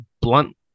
blunt